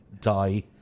die